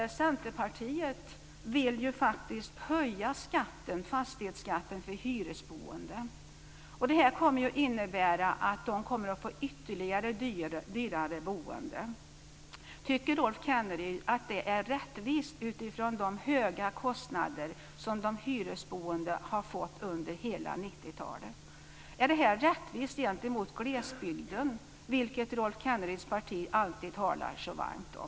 Centerpartiet vill höja fastighetsskatten för hyresboende. Det kommer att innebära att hyresgästerna får ännu dyrare boende. Tycker Rolf Kenneryd att det är rättvist, utifrån de höga kostnader som de hyresboende har fått under hela 90-talet? Är det rättvist gentemot glesbygden, som Rolf Kenneryds parti talar så varmt om?